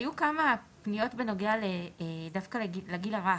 היו כמה פניות בנוגע דווקא לגיל הרך,